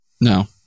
No